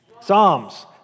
Psalms